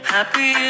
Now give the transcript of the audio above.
Happy